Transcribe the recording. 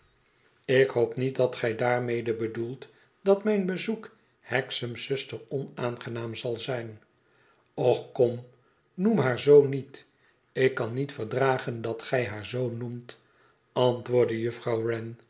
ik hoop niet dat gij daarmede bedoelt dat mijn bezoek hexam s zuster onaangenaam zal zijn och kom noem haar zoo niet ik kan niet verdragen dat gij haar zoo noemt antwoordde juffrouw